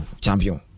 Champion